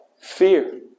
Fear